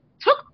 took